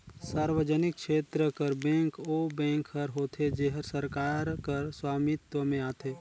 सार्वजनिक छेत्र कर बेंक ओ बेंक हर होथे जेहर सरकार कर सवामित्व में आथे